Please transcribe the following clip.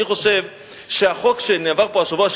אני חושב שהחוק שעבר פה השבוע,